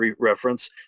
reference